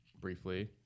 briefly